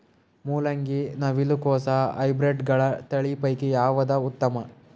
ಮೊಲಂಗಿ, ನವಿಲು ಕೊಸ ಹೈಬ್ರಿಡ್ಗಳ ತಳಿ ಪೈಕಿ ಯಾವದು ಉತ್ತಮ?